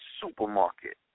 supermarket